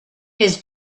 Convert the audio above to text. his